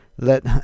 let